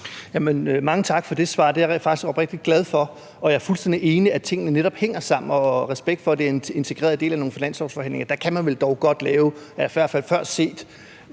Mange tak for det svar. Det er jeg faktisk oprigtigt glad for, og jeg er fuldstændig enig i, at tingene netop hænger sammen. Respekt for, at det er en integreret del af nogle finanslovsforhandlinger, men der kan man vel dog godt lave delaftaler,